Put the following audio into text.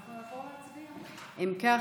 כך,